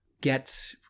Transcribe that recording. get